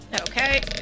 Okay